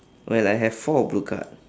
well I have four blue card